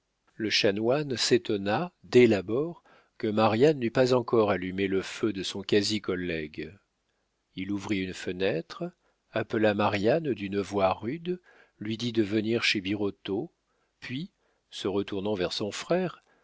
le chanoine s'étonna dès l'abord que marianne n'eût pas encore allumé le feu de son quasi collègue il ouvrit une fenêtre appela marianne d'une voix rude lui dit de venir chez birotteau puis se retournant vers son frère